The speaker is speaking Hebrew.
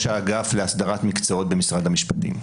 ראש האגף להסדרת מקצועות במשרד המשפטים.